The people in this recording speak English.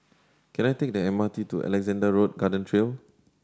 can I take the M R T to Alexandra Road Garden Trail